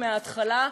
מההתחלה,